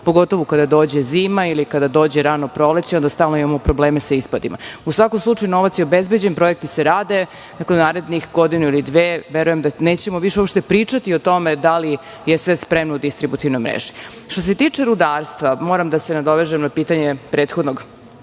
pogotovo kada dođe zima ili dođe rano proleće, onda stalno imamo probleme sa ispadima.U svakom slučaju, novac je obezbeđen, projekti se rade, tako da narednih godinu ili dve verujem da nećemo uopšte više pričati o tome da li je sve spremno u distributivnoj mreži. Što se tiče rudarstva, moram da se nadovežem na pitanje prethodnog